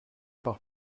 par